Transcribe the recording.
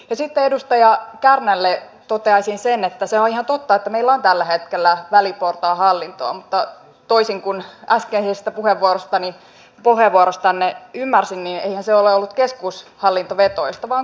sitten edustaja kärnälle toteaisin sen että se on ihan totta että meillä on tällä hetkellä väliportaan hallintoa mutta toisin kuin äskeisestä puheenvuorostanne ymmärsin niin eihän se ole ollut keskushallintovetoista vaan kuntapohjaista